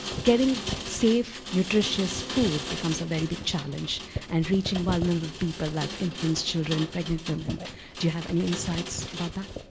getting safe, nutritious food becomes a very big challenge and reaching vulnerable people like infants, children, pregnant women. and do you have any insights about that?